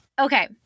Okay